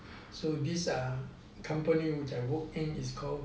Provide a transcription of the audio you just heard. so these are company which I worked in is call